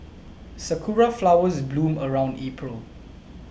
sakura flowers bloom around April